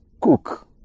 cook